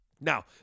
Now